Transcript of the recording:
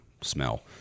smell